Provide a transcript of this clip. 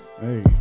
Hey